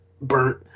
burnt